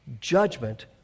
judgment